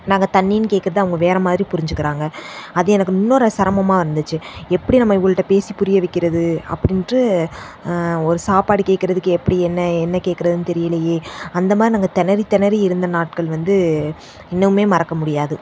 நாங்கள் தண்ணின்னு கேட்குறத அவங்க வேற மாதிரி புரிஞ்சுக்கிறாங்க அது எனக்கு இன்னொரு சிரமமா இருந்துச்சு எப்படி நம்ம இவங்கள்ட பேசி புரிய வைக்கிறது அப்படின்ட்டு ஒரு சாப்பாடு கேட்குறதுக்கு எப்படி என்ன என்ன கேட்குறதுன்னு தெரியலையே அந்தமாதிரி நாங்கள் திணறி திணறி இருந்த நாட்கள் வந்து இன்னமுமே மறக்க முடியாது